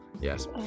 Yes